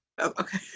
Okay